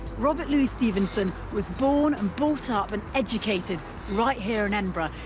robert louis stevenson was born, and brought up and educated right here in edinburgh.